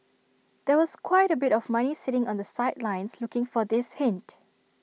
there was quite A bit of money sitting on the sidelines looking for this hint